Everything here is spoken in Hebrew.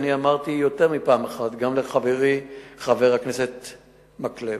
אמרתי יותר מפעם אחת, גם לחברי חבר הכנסת מקלב: